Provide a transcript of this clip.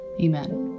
amen